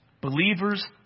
believers